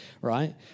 right